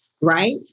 right